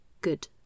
good